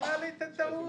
שבכלל הייתה טעות,